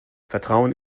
vertrauen